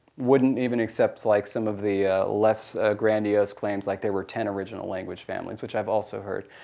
wouldn't even except like some of the less grandiose claims like there were ten original language families, which i've also heard.